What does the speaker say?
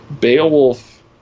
Beowulf